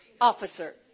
officer